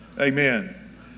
amen